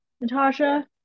Natasha